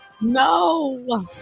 no